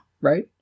right